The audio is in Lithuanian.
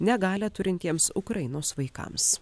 negalią turintiems ukrainos vaikams